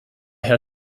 herr